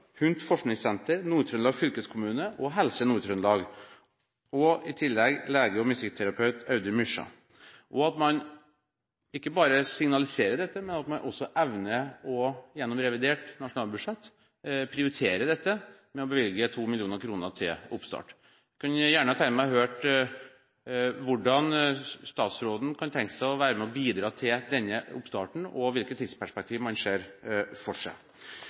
HUNT forskningssenter, Nord-Trøndelag fylkeskommune og Helse Nord-Trøndelag og – i tillegg – lege og musikkterapeut Audun Myskja. Vi er stolte av at man ikke bare signaliserer dette, men av at man også evner, gjennom revidert nasjonalbudsjett, å prioritere dette med å bevilge 2 mill. kr til oppstart. Jeg kunne gjerne ha tenkt meg å høre hvordan statsråden kan tenke seg å være med og bidra til denne oppstarten, og hvilket tidsperspektiv man ser for